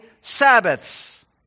Sabbaths